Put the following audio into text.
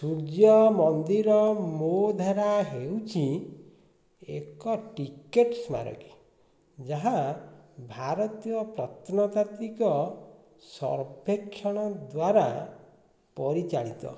ସୂର୍ଯ୍ୟ ମନ୍ଦିର ମୋ ଧାରା ହେଉଛି ଏକ ଟିକେଟ୍ ସ୍ମାରକୀ ଯାହା ଭାରତୀୟ ପ୍ରତ୍ନତାତ୍ତ୍ୱିକ ସର୍ବେକ୍ଷଣ ଦ୍ୱାରା ପରିଚାଳିତ